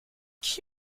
qui